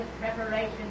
preparation